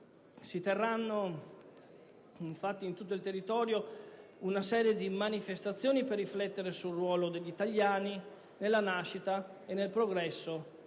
si terranno infatti in tutto il territorio una serie manifestazioni per riflettere sul ruolo degli italiani nella nascita e nel progresso